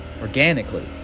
organically